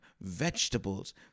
vegetables